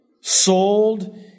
sold